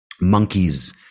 monkeys